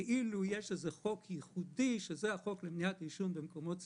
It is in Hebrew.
שיש חוק ייחודי שזה החוק למניעת עישון במקומות ציבוריים,